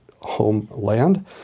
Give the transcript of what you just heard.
homeland